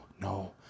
no